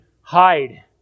hide